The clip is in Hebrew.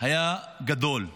היה גדול.